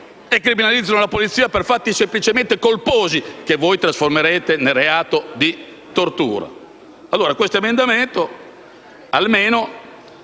a criminalizzare la Polizia per fatti semplicemente colposi che voi trasformerete nel reato di tortura. Questo emendamento almeno